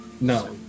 No